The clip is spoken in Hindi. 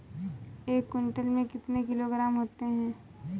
एक क्विंटल में कितने किलोग्राम होते हैं?